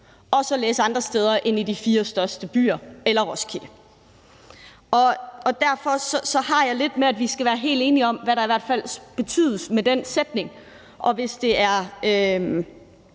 også at læse andre steder end i de fire største byer eller Roskilde. Derfor har jeg det lidt sådan, at vi i hvert fald skal være helt enige om, hvad der menes med den sætning. Hvis det er